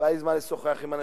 היה לי זמן לשוחח עם אנשים,